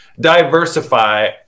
diversify